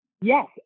Yes